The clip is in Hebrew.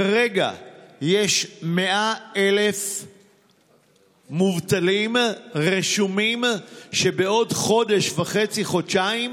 כרגע יש 100,000 מובטלים רשומים שבעוד חודש וחצי-חודשיים